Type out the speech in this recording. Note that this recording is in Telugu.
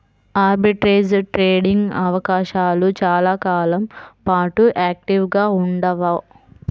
ఆర్బిట్రేజ్ ట్రేడింగ్ అవకాశాలు చాలా కాలం పాటు యాక్టివ్గా ఉండవు